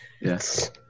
Yes